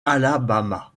alabama